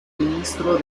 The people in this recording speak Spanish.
ministro